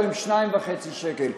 ולא עם 2.5 שקל.